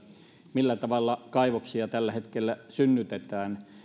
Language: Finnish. millä tavalla kaivoksia tällä hetkellä synnytetään